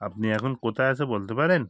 আপনি এখন কোথায় আছে বলতে পারেন